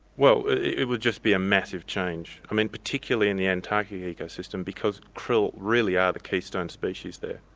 well, it would just be a massive change. i mean, particularly in the antarctic ecosystem, because krill really are the keystone species there.